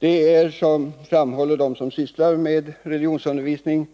Det är, framhåller de som sysslar med religionsundervisning,